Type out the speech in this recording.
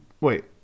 Wait